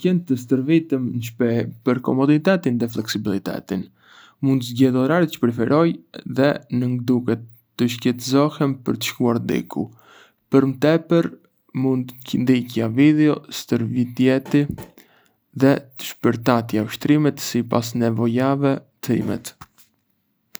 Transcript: Më pëlqen të stërvitem në shtëpi për komoditetin dhe fleksibilitetin. Mund të zgjedh oraret çë preferoj dhe ngë duhet të shqetësohem për të shkuar diku. Për më tepër, mund të ndiqja video stërvitjeje dhe të përshtatja ushtrimet sipas nevojave të imet.